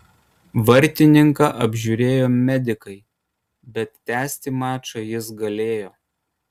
vartininką apžiūrėjo medikai bet tęsti mačą jis galėjo